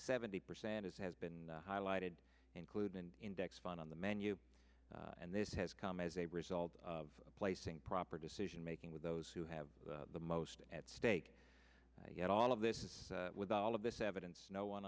seventy percent as has been highlighted include an index fund on the menu and this has come as a result of placing proper decision making with those who have the most at stake yet all of this is with all of this evidence no one